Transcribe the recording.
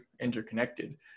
interconnected